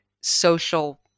social